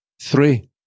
Three